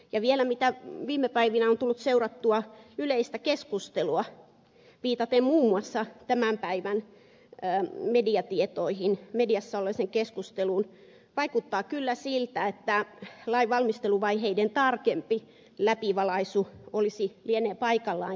ja vielä mitä viime päivinä on tullut seurattua yleistä keskustelua viitaten muun muassa tämän päivän mediatietoihin mediassa olleeseen keskusteluun vaikuttaa kyllä siltä että lain valmisteluvaiheiden tarkempi läpivalaisu lienee paikallaan